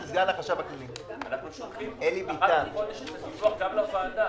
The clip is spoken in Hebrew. אנחנו שולחים אחת לחודש את הדיווח גם לוועדה.